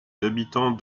habitants